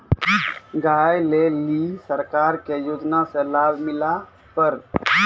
गाय ले ली सरकार के योजना से लाभ मिला पर?